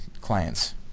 clients